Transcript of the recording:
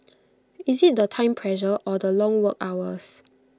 is IT the time pressure or the long work hours